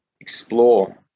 explore